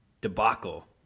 debacle